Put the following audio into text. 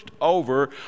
over